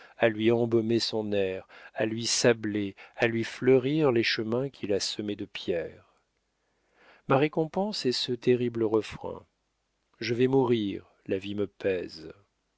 à lui embaumer son air à lui sabler à lui fleurir les chemins qu'il a semés de pierres ma récompense est ce terrible refrain je vais mourir la vie me pèse